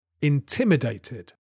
Intimidated